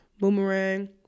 Boomerang